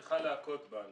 להכות בנו.